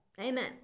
Amen